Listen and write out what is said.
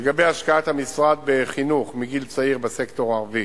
לגבי השקעת המשרד בחינוך מגיל צעיר בסקטור הערבי,